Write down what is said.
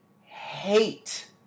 hate